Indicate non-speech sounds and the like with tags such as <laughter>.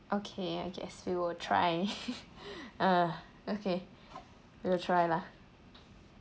okay I guess we will try <laughs> uh okay we will try lah